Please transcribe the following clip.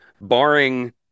barring